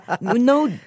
No